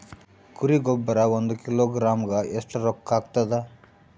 ಕುರಿ ಗೊಬ್ಬರ ಒಂದು ಕಿಲೋಗ್ರಾಂ ಗ ಎಷ್ಟ ರೂಕ್ಕಾಗ್ತದ?